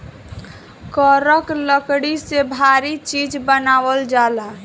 करक लकड़ी से भारी चीज़ बनावल जाला